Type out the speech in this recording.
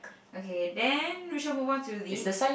okay then we shall move on to the